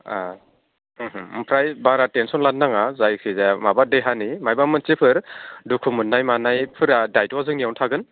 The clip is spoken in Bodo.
आह ओम ओम ओमफ्राय बारा टेनसन लानो नाङा जायखि जाया माबा देहानि माबा मोनसेफोर दुखु मोन्नाय मानायफोरा दायथ'आ जोंनियावनो थागोन